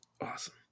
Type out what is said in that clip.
Awesome